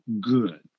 good